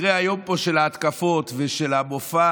אחרי היום של ההתקפות ושל המופע